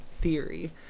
theory